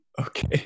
Okay